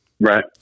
Right